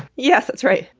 yes, that's right.